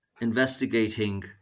investigating